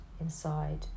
inside